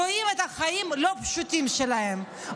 רואים את החיים הלא-פשוטים שלהם,